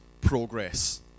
progress